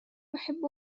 يحب